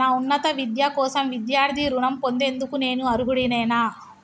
నా ఉన్నత విద్య కోసం విద్యార్థి రుణం పొందేందుకు నేను అర్హుడినేనా?